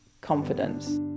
confidence